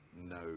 no